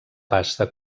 pasta